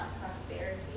prosperity